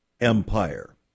empire